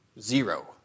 Zero